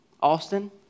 Austin